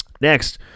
Next